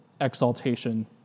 exaltation